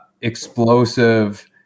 explosive